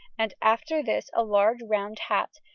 and after this a large round hat,